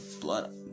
blood